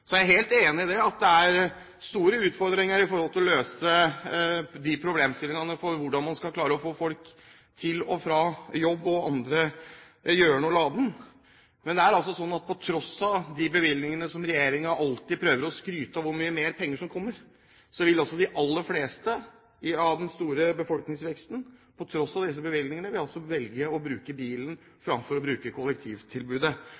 Jeg er helt enig i at det er store utfordringer med hensyn til å løse de problemene som går på hvordan man skal klare å få folk til og fra jobb og annen gjøren og laden. Men på tross av de bevilgningene som regjeringen alltid prøver å skryte av – hvor mye mer penger som kommer – vil altså de aller fleste av en stor befolkningsvekst på tross av disse bevilgningene velge å bruke bilen fremfor å bruke